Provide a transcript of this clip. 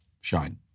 shine